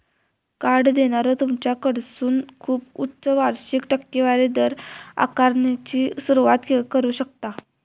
card देणारो तुमच्याकडसून खूप उच्च वार्षिक टक्केवारी दर आकारण्याची सुरुवात करू शकता